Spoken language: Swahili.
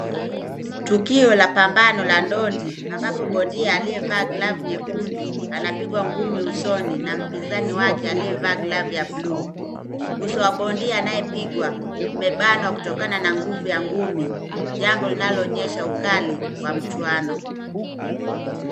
Tukio la pambano la dondi ambapo bondia aliyevaa glavu nyekundu anapigwa ngumi usoni na mpinzani wake aliyevaa glavu ya buluu. Uso wa bondia anayepigwa umebana kutokana na nguvu ya ngumi jambo linaloonyesha ukali wa mchuano.